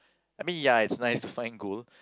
I mean ya it's nice to find gold